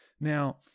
now